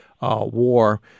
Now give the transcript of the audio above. war